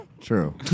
True